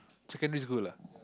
secondary school lah